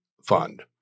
fund